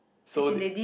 so they